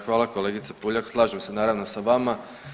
Hvala kolegice Puljak, slažem se naravno sa vama.